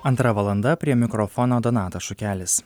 antra valanda prie mikrofono donatas šukelis